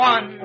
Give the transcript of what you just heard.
One